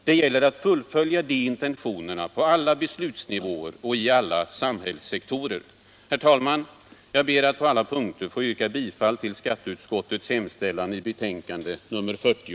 Det gäller att fullfölja de intentionerna på alla beslutsnivåer och i alla samhällssektorer. Herr talman! Jag ber att på alla punkter få yrka bifall till skatteutskottets hemställan i betänkandet nr 40.